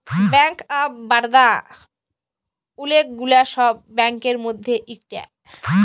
bank of Baroda ওলেক গুলা সব ব্যাংকের মধ্যে ইকটা